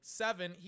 seven